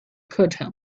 课程